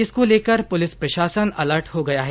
इसको लेकर पुलिस प्रशासन अलर्ट हो गया है